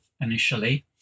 initially